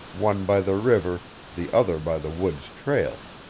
one by the river, the other by the woods trail.